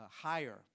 higher